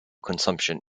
consumption